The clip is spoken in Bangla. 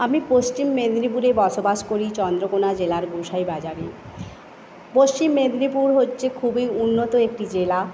আমি পশ্চিম মেদিনীপুরে বসবাস করি চন্দ্রকোনা জেলার গোঁসাই বাজারে পশ্চিম মেদিনীপুর হচ্ছে খুবই উন্নত একটি জেলা